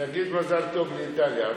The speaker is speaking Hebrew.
נגיד מזל טוב לאיטליה.